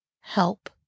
help